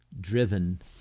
driven